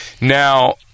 Now